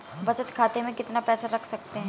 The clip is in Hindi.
बचत खाते में कितना पैसा रख सकते हैं?